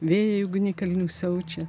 vėjai ugnikalnių siaučia